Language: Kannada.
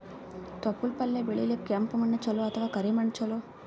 ತೊಪ್ಲಪಲ್ಯ ಬೆಳೆಯಲಿಕ ಕೆಂಪು ಮಣ್ಣು ಚಲೋ ಅಥವ ಕರಿ ಮಣ್ಣು ಚಲೋ?